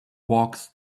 walks